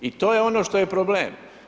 I to je ono što je problem.